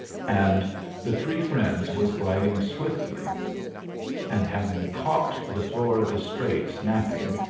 and the three friends was gliding swiftly and, having caught the florida straits napping,